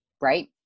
Right